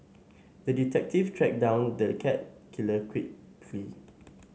the detective tracked down the cat killer quickly